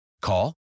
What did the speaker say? Call